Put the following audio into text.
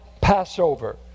Passover